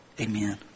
Amen